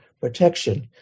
protection